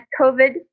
COVID